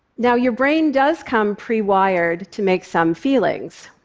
now your brain does come prewired to make some feelings,